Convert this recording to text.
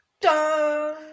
dun